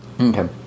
Okay